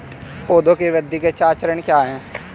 पौधे की वृद्धि के चार चरण क्या हैं?